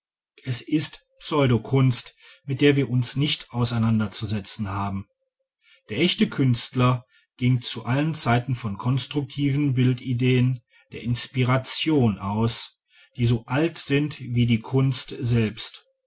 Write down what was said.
es ist pseudo kunst mit der wir uns nicht auseinanderzusetzen haben der echte künstler ging zu allen zeiten von konstruktiven bildideen der inspiration aus die so alt sind wie die kunst selbst